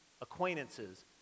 acquaintances